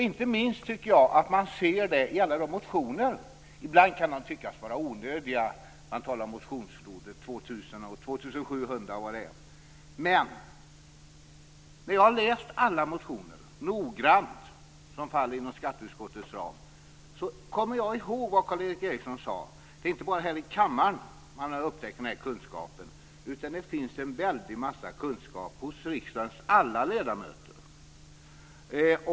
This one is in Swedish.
Inte minst tycker jag att man ser det i alla motioner. Ibland kan de tyckas vara onödiga. Man talar om motionsfloder med kanske 2 700 motioner. Men när jag har läst alla motioner som faller inom skatteutskottets ram noggrant, så kommer jag ihåg vad Karl Erik Eriksson sade om att det inte bara är här i kammaren som man upptäcker denna kunskap utan att det finns en väldig massa kunskap hos riksdagens alla ledamöter.